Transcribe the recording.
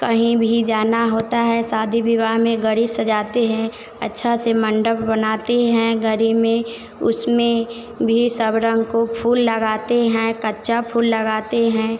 कहीं भी जाना होता है शादी विवाह में गाड़ी सजाते हैं अच्छा से मंडप बनाते हैं गाड़ी में उसमें भी सब रंग के फूल लगाते हैं कच्चा फूल लगाते हैं